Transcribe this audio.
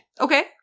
Okay